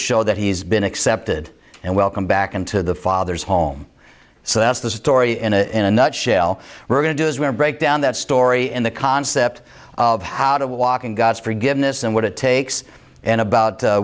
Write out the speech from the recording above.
show that he's been accepted and welcome back into the father's home so that's the story in a in a nutshell we're going to break down that story in the concept of how to walk in god's forgiveness and what it takes and about